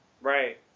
Right